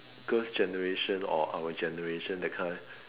girls generation or our generation that kind